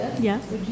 yes